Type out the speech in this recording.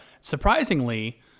Surprisingly